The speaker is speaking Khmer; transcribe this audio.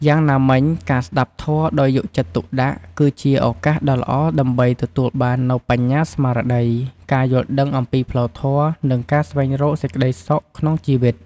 យ៉ាងណាមិញ ការស្តាប់ធម៌ដោយយកចិត្តទុកដាក់ គឺជាឱកាសដ៏ល្អដើម្បីទទួលបាននូវបញ្ញាស្មារតី ការយល់ដឹងអំពីផ្លូវធម៌ និងការស្វែងរកសេចក្តីសុខក្នុងជីវិត។